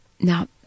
Now